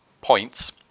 points